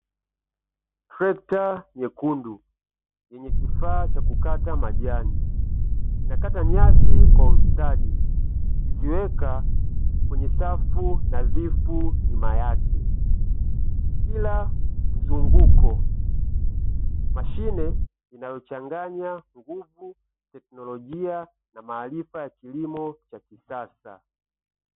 Trekta nyekundu yenye kifaa cha kukata majani. Inakata nyasi kwa ustadi kuziweka kwenye safu nadhifu nyuma yake. Kila mzunguko; mashine inayochanganya nguvu, teknolojia, na maarifa ya kilimo cha kisasa.